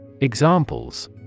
Examples